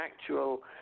actual